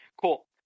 cool